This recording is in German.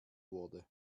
wurde